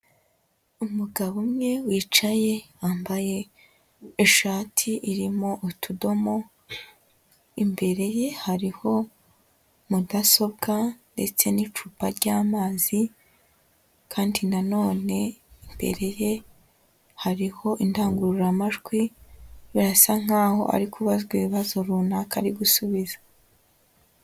Umugabo umwe wicaye, wambaye ishati irimo utudomo, imbere ye hariho mudasobwa ndetse n'icupa ry'amazi, kandi na none imbere ye hariho indangururamajwi, birasa nkaho ari kubazwa ibibazo runaka, ari gusubiza.